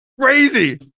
crazy